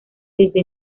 desde